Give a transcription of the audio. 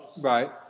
Right